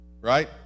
Right